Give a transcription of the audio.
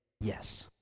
yes